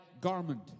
garment